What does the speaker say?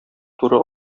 туры